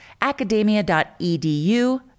Academia.edu